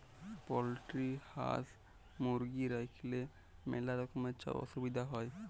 poultry হাঁস, মুরগি রাইখলেই ম্যালা রকমের ছব অসুবিধা হ্যয়